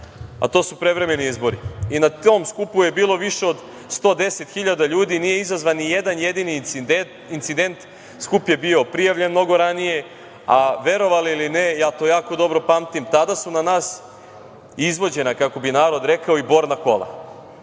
a to su prevremeni izbori. Na tom skupu je bilo više od 110.000 ljudi, nije izazvan ni jedan jednini incident. Skup je bio prijavljen mnogo ranije, a verovali ili ne, ja to jako dobro pamtim, tada su na nas izvođena, kako bi narod rekao, i borna kola.